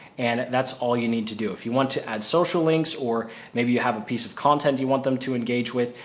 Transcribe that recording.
and that's all you need to do. if you want to add social links or maybe you have a piece of content you want them to engage with,